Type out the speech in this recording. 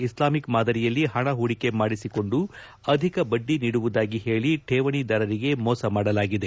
Islamic ಮಾದರಿಯಲ್ಲಿ ಹಣ ಹೂಡಿಕೆ ಮಾಡಿಸಿಕೊಂಡು ಅಧಿಕ ಬಡ್ಡಿ ನೀಡುವುದಾಗಿ ಹೇಳಿ ಠೇವಣಿದಾರರಿಗೆ ಮೋಸ ಮಾಡಲಾಗಿದೆ